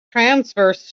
transverse